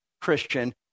Christian